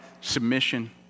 submission